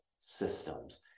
systems